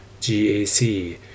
GAC